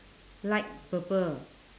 light purple